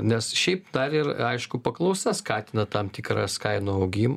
nes šiaip dar ir aišku paklausa skatina tam tikras kainų augim